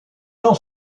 non